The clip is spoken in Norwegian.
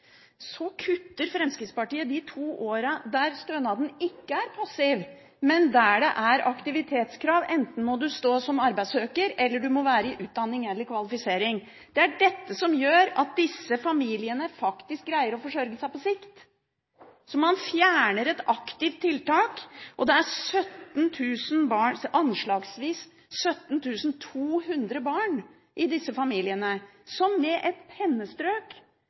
Så kutter Fremskrittspartiet de to årene der stønaden ikke er passiv, men der det er aktivitetskrav – at du enten må stå som arbeidssøker eller være i utdanning eller kvalifisering. Det er dette som gjør at disse familiene faktisk greier å forsørge seg på lengre sikt. Så man fjerner et aktivt tiltak, og det er anslagsvis 17 200 barn i disse familiene som med et pennestrøk